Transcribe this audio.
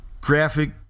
graphic